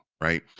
right